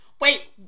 Wait